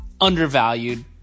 undervalued